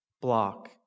block